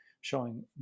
showing